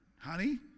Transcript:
honey